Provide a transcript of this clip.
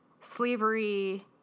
slavery